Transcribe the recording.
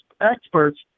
experts